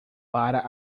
para